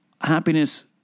happiness